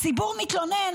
הציבור מתלונן,